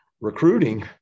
recruiting